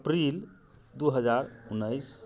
अप्रिल दू हजार उन्नैस